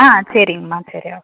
ஆ சரிங்கம்மா சரி ஓகே